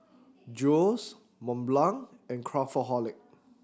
Julie's Mont Blanc and Craftholic